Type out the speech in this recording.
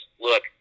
look